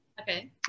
okay